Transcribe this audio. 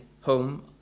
Home